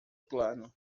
plano